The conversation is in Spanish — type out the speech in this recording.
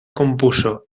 compuso